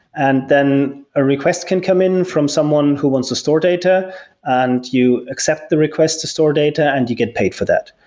and then a request can come in from someone who wants to store data and you accept request to store data and you get paid for that.